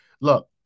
Look